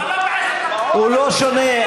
לא בעשר דקות, הוא לא שונה,